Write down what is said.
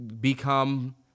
become